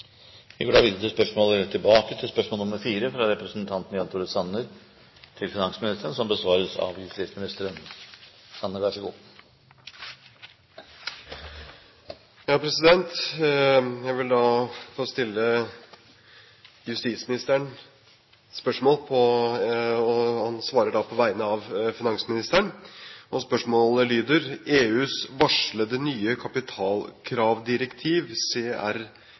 Vi går da tilbake til spørsmål 4, fra representanten Jan Tore Sanner til finansministeren. Spørsmålet besvares av justisministeren på vegne av finansministeren. Jeg vil få stille justisministeren et spørsmål, og han svarer da på vegne av finansministeren. Spørsmålet lyder: «EUs varslede nye kapitalkravdirektiv,